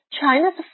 China's